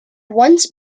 once